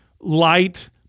light